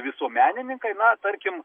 visuomenininkai na tarkim